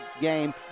game